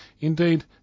Indeed